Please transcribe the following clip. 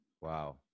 Wow